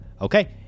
okay